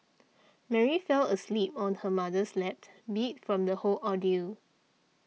Mary fell asleep on her mother's lap beat from the whole ordeal